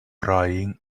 crying